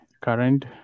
current